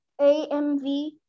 AMV